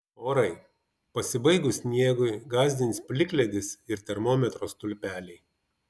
orai pasibaigus sniegui gąsdins plikledis ir termometro stulpeliai